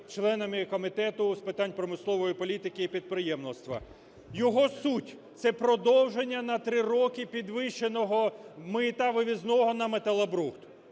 членами Комітету з питань промислової політики і підприємництва. Його суть. Це продовження на 3 роки підвищеного мита вивізного на металобрухт.